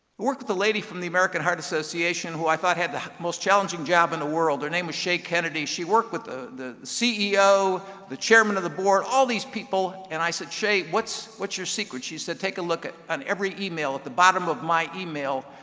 worked with a lady from the american heart association who i thought had the most challenging job in the world. her name was shay kennedy. she worked with the the ceo, the chairman of the board, all these people. and i said, shay, what's what's your secret? she said, take a look at and every email. at the bottom of my email,